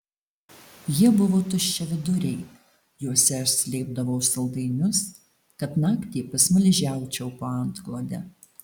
jie buvo tuščiaviduriai juose aš slėpdavau saldainius kad naktį pasmaližiaučiau po antklode